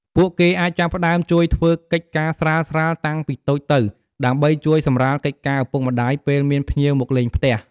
ពួកគេអាចចាប់ផ្ដើមជួយធ្វើកិច្ចការស្រាលៗតាំងពីតូចទៅ ដើម្បីជួយសម្រាលកិច្ចការឪពុកម្ដាយពេលមានភ្ញៀវមកលេងផ្ទះ។